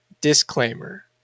disclaimer